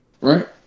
right